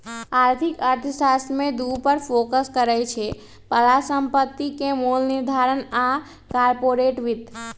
आर्थिक अर्थशास्त्र में दू पर फोकस करइ छै, परिसंपत्ति के मोल निर्धारण आऽ कारपोरेट वित्त